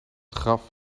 graf